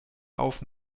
auf